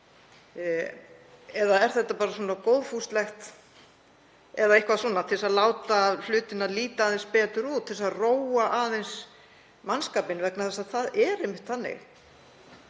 Eða er þetta bara góðfúslegt, eitthvað til að láta hlutina líta aðeins betur út, til að róa aðeins mannskapinn? Vegna þess að það er einmitt þannig